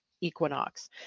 equinox